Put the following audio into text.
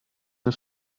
der